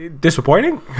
disappointing